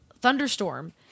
thunderstorm